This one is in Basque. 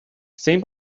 zein